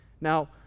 Now